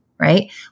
right